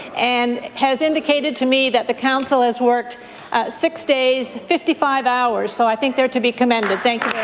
and has indicated to me that the council has worked six days, fifty five hours. so i think they are to be commended. thank